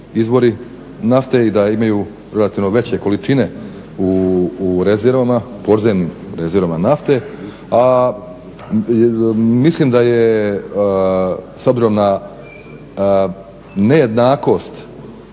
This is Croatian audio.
izvori nafte i da imaju relativno veće količine u rezervama, podzemnim rezervama nafte, a mislim da je s obzirom na nejednakost